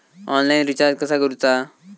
Online recharge कसा करूचा?